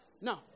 No